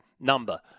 number